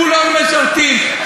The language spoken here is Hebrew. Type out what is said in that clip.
כולם משרתים,